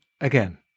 Again